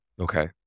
Okay